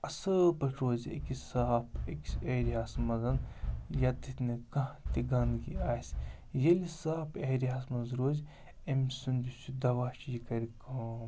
اَصٕل پٲٹھۍ روزِ یہِ أکِس صاف أکِس ایریاہَس منٛز یَتیٚتھ نہٕ کانٛہہ تہِ گنٛدگی آسہِ ییٚلہِ صاف ایریاہَس منٛز روزِ أمۍ سُنٛد یُس یہِ دَوا چھِ یہِ کَرِ کٲم